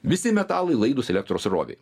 visi metalai laidūs elektros srovei